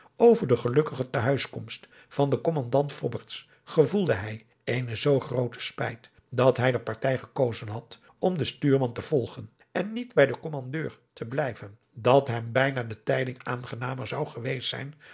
over de gelukkige te huiskomst van den kommandeur fobberts gevoelde hij eene zoo groote spijt dat hij de partij gekozen had om den stuurman te volgen en niet bij den kommandeur te blijven dat hem bijna de tijding aangenamer zou geweest zijn